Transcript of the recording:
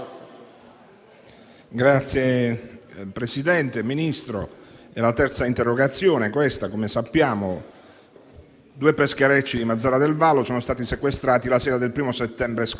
Agli armatori è stata contestata la presenza dei loro pescherecci all'interno delle 72 miglia, che la Libia, dal 2005, rivendica unilateralmente come acque nazionali, in virtù della Convenzione di Montego Bay,